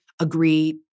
agree